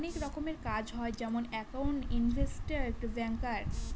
অনেক রকমের কাজ হয় যেমন একাউন্ট, ইনভেস্টর, ব্যাঙ্কার